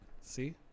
See